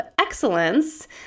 excellence